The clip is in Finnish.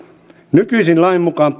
nykyisen lain mukaan